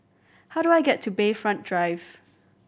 how do I get to Bayfront Drive